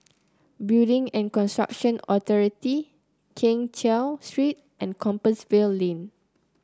Building and Construction Authority Keng Cheow Street and Compassvale Lane